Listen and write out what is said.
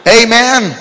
amen